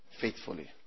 faithfully